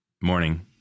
Morning